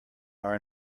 are